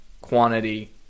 quantity